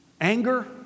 anger